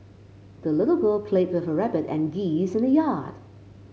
the little girl played with her rabbit and geese in the yard